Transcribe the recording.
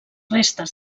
restes